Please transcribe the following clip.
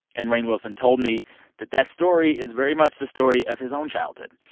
and rainn wilson told me that that story is very much the story of his own childhood.